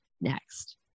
next